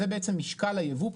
זה בעצם משקל היבוא,